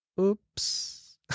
Oops